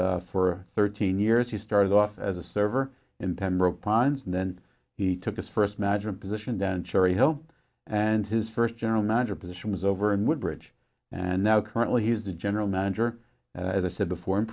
for thirteen years he started off as a server in pembroke pines and then he took his first magic position down in cherry hill and his first general manager position was over in woodbridge and now currently he was the general manager as i said before in